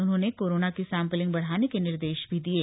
उन्होंने कोरोना की सैंपलिंग बढ़ाने के निर्देश भी दिये